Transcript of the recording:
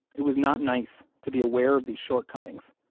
it was not nice to be aware of these shortcomings,